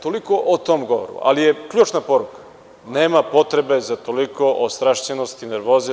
Toliko o tom govoru, ali je ključna poruka, nema potrebe za tolikom ostrašćenosti, nervoze.